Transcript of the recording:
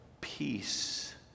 peace